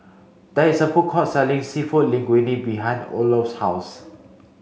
there is a food court selling Seafood Linguine behind Olof's house